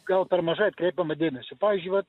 gal per mažai atkreipiama dėmesio pavyzdžiui vat